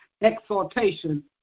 exhortation